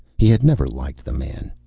he had never liked the man.